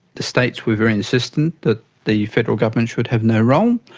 the states were very insistent that the federal government should have no role,